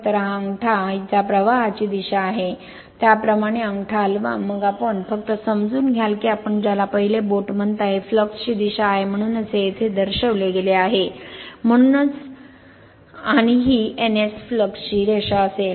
तर हा अंगठा त्या प्रवाहाची दिशा आहे त्याप्रमाणे अंगठा हलवा मग आपण फक्त समजून घ्याल की आपण ज्याला पहिले बोट म्हणता हे फ्लक्स ची दिशा आहे म्हणूनच हे येथे दर्शविले गेले आहे म्हणूनच हे येथे दर्शविले गेले आहे आणि ही N S फ्लक्स ची रेष असेल